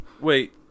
wait